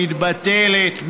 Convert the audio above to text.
מתבטלת,